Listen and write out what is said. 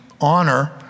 honor